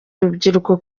urubyiruko